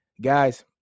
guys